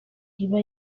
iba